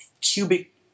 cubic